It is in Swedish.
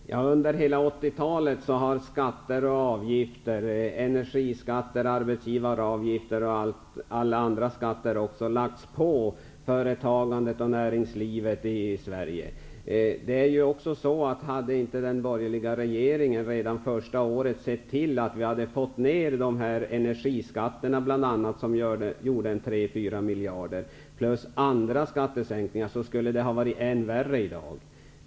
Herr talman! Under hela 1980-talet har skatter och avgifter -- energiskatter, arbetsgivaravgifter och alla andra skatter -- lagts på företagandet och näringslivet i Sverige. Om inte den borgerliga regeringen redan första året hade sett till att vi fick ner bl.a. energiskatterna -- vilket gjorde tre till fyra miljarder -- plus att man gjorde andra skattesänkningar hade det varit ännu värre i dag.